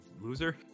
Loser